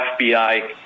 FBI